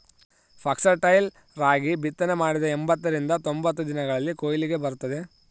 foxtail ರಾಗಿ ಬಿತ್ತನೆ ಮಾಡಿದ ಎಂಬತ್ತರಿಂದ ತೊಂಬತ್ತು ದಿನಗಳಲ್ಲಿ ಕೊಯ್ಲಿಗೆ ಬರುತ್ತದೆ